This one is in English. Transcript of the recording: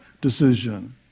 decision